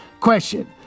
Question